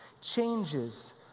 changes